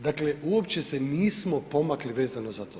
Dakle, uopće se nismo pomakli vezano za to.